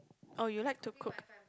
or you like to cook